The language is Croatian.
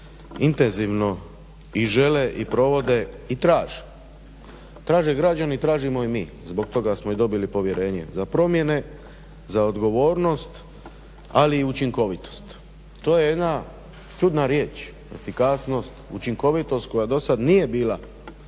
intenzivno i žele i provode i traže, traže građani, tražimo i mi, zbog toga smo i dobili povjerenje za promjene, za odgovornost ali i učinkovitost. To je jedna čudna riječ efikasnost, učinkovitost koja dosad nije bila